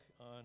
on